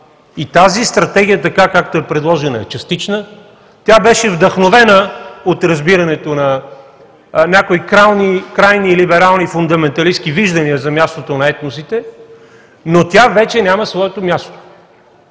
И тази Стратегия, така както е предложена, е частична. Тя беше вдъхновена от разбирането на някои крайни либерални фундаменталистки виждания за мястото на етносите, но тя вече няма своето място.